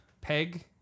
Peg